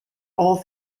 all